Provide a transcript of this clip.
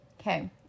Okay